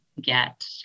get